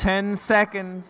ten seconds